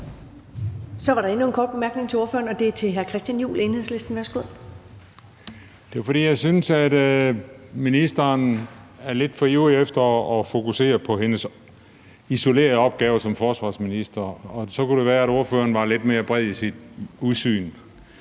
Der er endnu en kort bemærkning til ordføreren, og den er fra hr. Christian Juhl, Enhedslisten. Værsgo. Kl. 13:20 Christian Juhl (EL): Det er, fordi jeg synes, at ministeren er lidt for ivrig efter at fokusere på sin isolerede opgave som forsvarsminister, og så kunne det være, at ordføreren havde et lidt bredere udsyn.